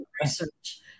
research